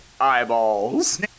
Eyeballs